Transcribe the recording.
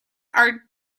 are